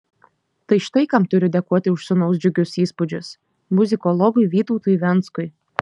tai štai kam turiu dėkoti už sūnaus džiugius įspūdžius muzikologui vytautui venckui